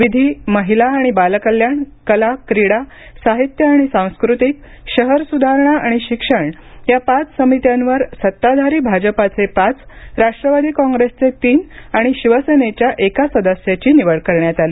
विधी महिला आणि बालकल्याण कला क्रीडा साहित्य आणि सांस्कृतिक शहर सुधारणा आणि शिक्षण या पाच समित्यांवर सत्ताधारी भाजपाचे पाच राष्ट्रवादी काँग्रेसचे तीन आणि शिवसेनेच्या एका सदस्याची निवड करण्यात आली